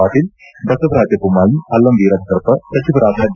ಪಾಟೀಲ್ ಬಸವರಾಜ ಬೊಮ್ನಾಯಿ ಅಲ್ಲಂವೀರಭದ್ರಪ್ಪ ಸಚಿವರಾದ ಡಿ